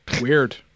Weird